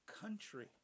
Country